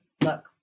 look